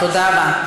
תודה רבה.